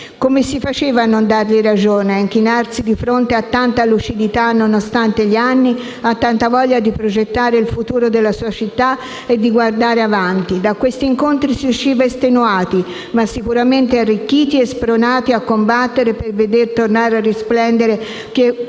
Come si faceva a non dargli ragione, a non inchinarsi di fronte a tanta lucidità, nonostante gli anni, a tanta voglia di progettare il futuro della sua città e di guardare avanti? Da questi incontri si usciva estenuati, ma sicuramente arricchiti e spronati a combattere per veder tornare a risplendere quella